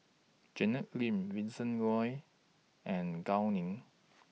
Janet Lim Vincent Leow and Gao Ning